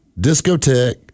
discotheque